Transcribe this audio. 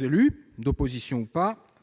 élus d'opposition fassent